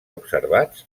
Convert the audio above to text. observats